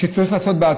שצריך לעשות היום,